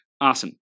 Awesome